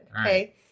Okay